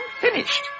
finished